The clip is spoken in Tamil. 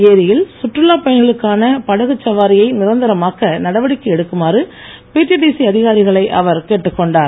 ஏரியில் சுற்றுலாப் பயணிகளுக்கான படகு சவாரியை நிரந்தரமாக்க நடவடிக்கை எடுக்குமாறு பிடிடிசி அதிகாரிகளை அவர் கேட்டுக் கொண்டார்